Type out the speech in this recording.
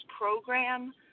program